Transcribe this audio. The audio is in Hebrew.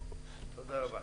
תודה רבה.